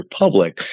Republic